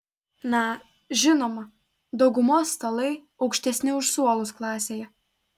na žinoma daugumos stalai aukštesni už suolus klasėje